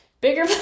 Bigger